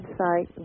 website